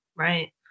Right